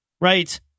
Right